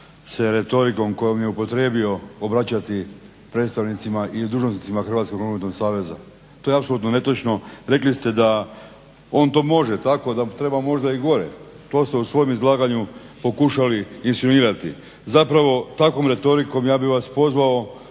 se retorikom koju je upotrijebio obraćati predstavnicima ili dužnosnicima Hrvatskog nogometnog saveza. To je apsolutno netočno. Rekli ste da on to može tako, da treba možda i gore. To ste u svom izlaganju pokušali insinuirati. Zapravo, takvom retorikom ja bih vas pozvao